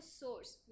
source